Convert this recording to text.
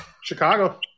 Chicago